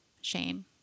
shame